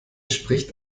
spricht